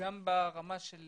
גם ברמה של